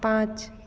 पाँच